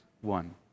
one